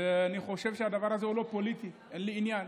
ואני חושב שהדבר הזה הוא לא פוליטי, אין לי עניין.